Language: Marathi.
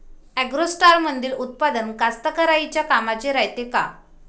ॲग्रोस्टारमंदील उत्पादन कास्तकाराइच्या कामाचे रायते का?